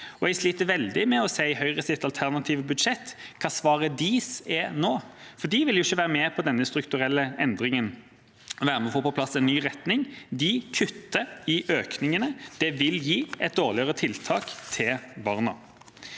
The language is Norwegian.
Jeg sliter veldig med å se i Høyres alternative budsjett hva svaret deres er nå, for de vil ikke være med på denne strukturelle endringen, være med på å få på plass en ny retning. De kutter i økningene. Det vil gi et dårligere tilbud til barna.